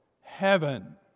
heaven